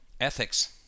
ethics